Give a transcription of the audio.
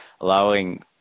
allowing